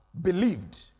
believed